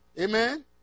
Amen